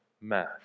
math